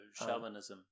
shamanism